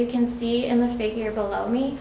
you can see in the figure below me